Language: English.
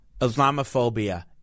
Islamophobia